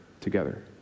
together